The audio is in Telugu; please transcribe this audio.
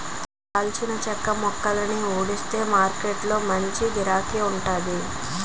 దాల్చిన చెక్క మొక్కలని ఊడిస్తే మారకొట్టులో మంచి గిరాకీ వుంటాది